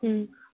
ꯎꯝ